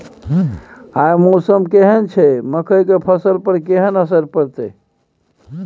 आय मौसम केहन छै मकई के फसल पर केहन असर परतै?